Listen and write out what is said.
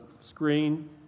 screen